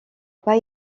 pas